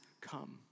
come